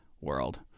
world